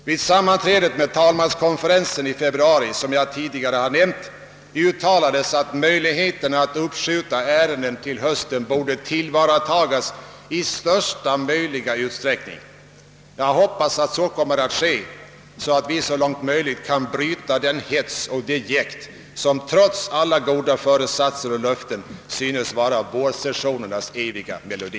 Vid det sammanträde med talmanskonferensen i februari, som jag tidigare nämnt, uttalades att möjligheterna att uppskjuta ärenden till hösten borde tillvaratagas i största möjliga utsträckning. Jag hoppas att så kommer att ske, så att vi så långt möjligt kan bryta den hets och det jäkt som trots alla goda föresatser och löften synes vara vårsessionernas eviga melodi.